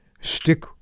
stick